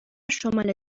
شمال